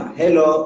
hello